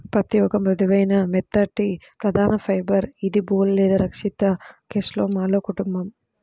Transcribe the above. పత్తిఒక మృదువైన, మెత్తటిప్రధానఫైబర్ఇదిబోల్ లేదా రక్షిత కేస్లోమాలో కుటుంబం